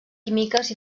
químiques